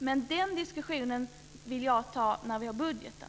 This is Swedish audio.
Men den diskussionen vill jag ta när vi behandlar budgeten.